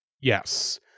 yes